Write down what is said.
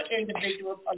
individuals